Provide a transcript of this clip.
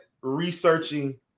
Researching